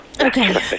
Okay